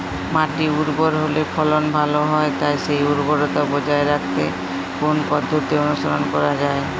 মাটি উর্বর হলে ফলন ভালো হয় তাই সেই উর্বরতা বজায় রাখতে কোন পদ্ধতি অনুসরণ করা যায়?